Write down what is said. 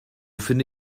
finde